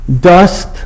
Dust